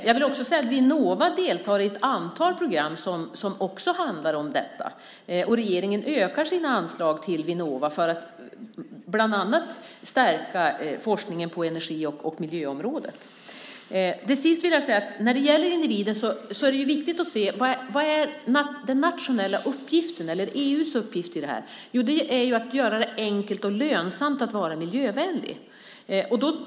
Jag vill också säga att Vinnova deltar i ett antal program som också handlar om detta. Och regeringen ökar sitt anslag till Vinnova för att bland annat stärka forskningen på energi och miljöområdet. Till sist vill jag säga att när det gäller individen är det viktigt att se vad som är den nationella uppgiften eller EU:s uppgift i det här. Det är ju att göra det enkelt och lönsamt att vara miljövänlig.